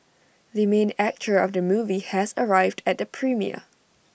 the main actor of the movie has arrived at the premiere